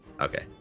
Okay